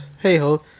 Hey-ho